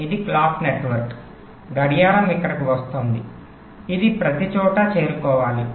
ఇది clock network గడియారం ఇక్కడకు వస్తోంది ఇది ప్రతిచోటా చేరుకోవాలి